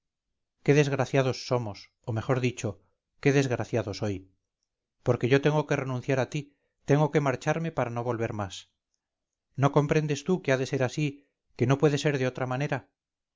qué desgraciados somos o mejor dicho qué desgraciado soy porque yo tengo que renunciar a ti tengo que marcharme para no volver más no comprendes tú que ha de ser así que no puede ser de otra manera